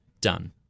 done